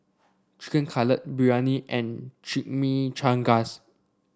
Chicken Cutlet Biryani and Chimichangas